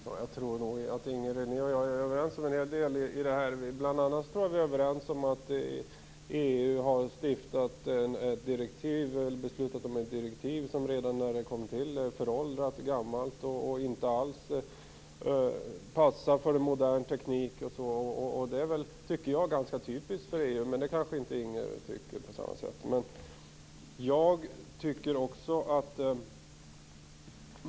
Fru talman! Jag tror nog att Inger René och jag är överens om en hel del. Bl.a. tror jag att vi är överens om att EU har beslutat om ett direktiv som redan när det kom till var föråldrat, gammalt och som inte alls passar för modern teknik. Det tycker jag är ganska typiskt för EU, men det kanske inte Inger René tycker.